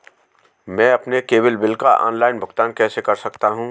मैं अपने cable bill का ऑनलाइन भुगतान कैसे कर सकता हूं?